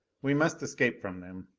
we must escape from them,